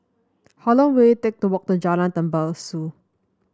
how long will it take to walk to Jalan Tembusu